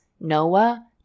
Noah